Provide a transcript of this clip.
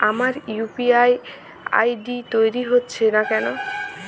আমার UPI ID তৈরি হচ্ছে না কেনো?